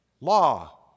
law